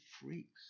freaks